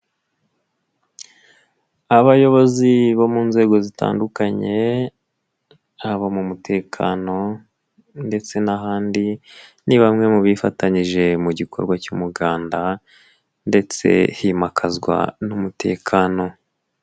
Abayobozi bo mu nzego zitandukanye, haba mu mutekano ndetse n'ahandi, ni bamwe mu bifatanyije mu gikorwa cy'umuganda ndetse himakazwa n'umutekano.